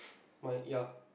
mine ya